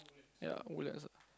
ya Woodlands